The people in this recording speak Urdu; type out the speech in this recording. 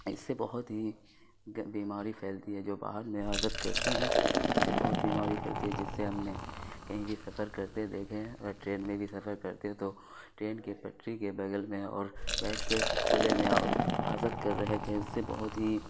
اس سے بہت ہی بیماری پھیلتی ہے جو باہر میں حاجت کرتے ہیں اس سے بہت بیماری پھیلتی ہے جس سے ہم نے کہیں بھی سفر کرتے دیکھیں اگر ٹرین میں بھی سفر کرتے تو ٹرین کے پٹری کے بغل میں اور بیٹھ کے کھلے میں حاجت کر رہے تھے اس سے بہت ہی